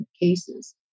cases